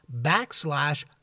backslash